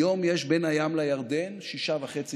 היום יש בין הים לירדן שישה וחצי